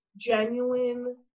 genuine